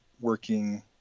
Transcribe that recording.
working